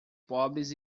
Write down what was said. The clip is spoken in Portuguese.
pobres